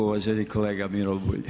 Uvaženi kolega Miro Bulj.